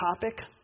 topic